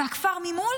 בתי מלון,